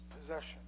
possession